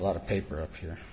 a lot of paper up here